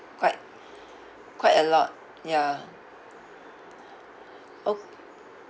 quite quite a lot ya okay